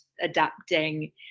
adapting